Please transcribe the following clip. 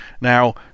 now